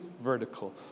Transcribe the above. vertical